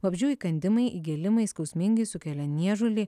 vabzdžių įkandimai įgėlimai skausmingi sukelia niežulį